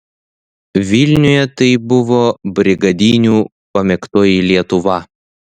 vilniuje tai buvo brigadinių pamėgtoji lietuva